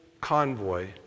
convoy